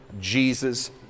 Jesus